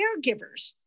caregivers